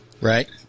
Right